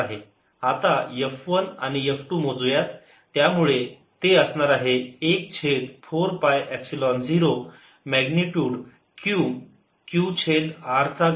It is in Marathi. F∝ x FQ214π0Q1Q2r3r12 आता F 1 F 2 मोजू यात त्यामुळे ते असणार आहे 1 छेद 4 pi epsilon 0 magnitude Q q छेद r चा घन